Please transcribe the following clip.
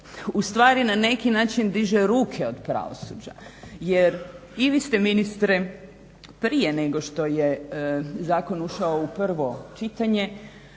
ustvari na neki način diže ruke od pravosuđa jer i vi ste ministre prije nego što je zakon ušao u prvo čitanje